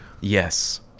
Yes